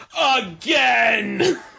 Again